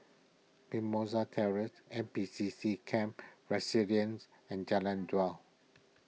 Mimosa Terrace N P C C Camp Resilience and Jalan Daud